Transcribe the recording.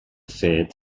fet